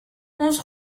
onze